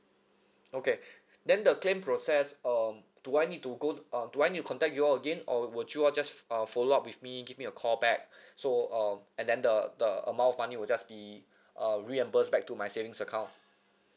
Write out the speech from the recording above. okay then the claim process um do I need to go uh do I need to contact you all again or would you all just uh follow up with me give me a call back so uh and then the the amount of money will just be uh reimbursed back to my savings account